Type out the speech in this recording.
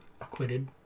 Acquitted